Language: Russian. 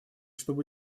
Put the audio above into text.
чтоб